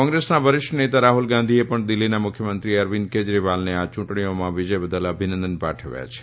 કોંગ્રેસના વરીષ્ઠ નેતા રાહ્લ ગાંધીએ પણ દિલ્ફીના મુખ્યમંત્રી અરવીંદ કેજરીવાલને આ યુંટણીઓમાં વિજય બદલ અભિનંદન પાઠવ્યા છે